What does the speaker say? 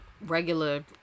regular